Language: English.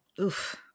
Oof